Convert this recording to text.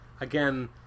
again